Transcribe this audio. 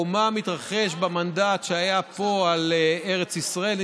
מה מתרחש במנדט שהיה פה על ארץ ישראל,